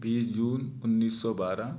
बीस जून उन्नीस सौ बारह